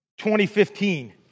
2015